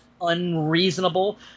unreasonable